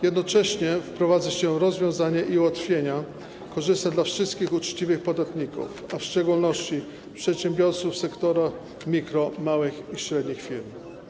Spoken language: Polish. Jednocześnie wprowadza się rozwiązania i ułatwienia korzystne dla wszystkich uczciwych podatników, a w szczególności przedsiębiorców sektora mikro-, małych i średnich firm.